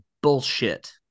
bullshit